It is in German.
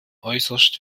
äußerst